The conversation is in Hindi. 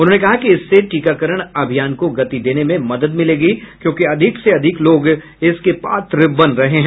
उन्होंने कहा कि इससे टीकाकरण अभियान को गति देने में मदद मिलेगी क्योंकि अधिक से अधिक लोग इसके पात्र बन रहे हैं